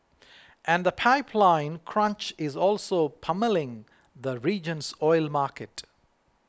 and the pipeline crunch is also pummelling the region's oil market